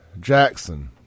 Jackson